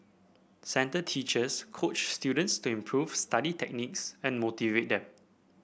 centre teachers coach students to improve study techniques and motivate them